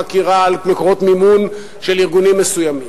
חקירה על מקורות מימון של ארגונים מסוימים,